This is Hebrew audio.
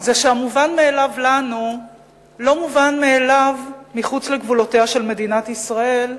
זה שהמובן מאליו לנו לא מובן מאליו מחוץ לגבולותיה של מדינת ישראל,